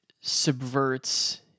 subverts